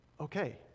okay